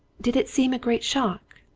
did it seem a great shock,